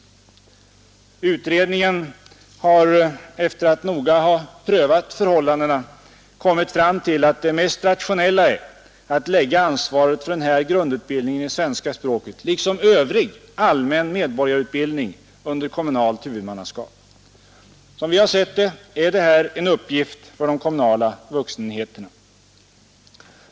Utredningen har, efter att noga ha prövat förhållandena, kommit fram till att det mest rationella är att lägga ansvaret för den här grundutbildningen i svenska språket — liksom övrig allmän medborgarutbildning — under kommunalt huvudmannaskap. Som vi har sett det, är det här en uppgift för de kommunala vuxenenheterna.